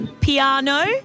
piano